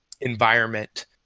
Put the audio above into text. environment